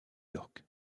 york